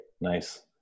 Nice